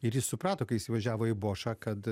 ir jis suprato kai jis įvažiavo į bošą kad